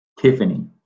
Tiffany